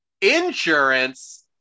insurance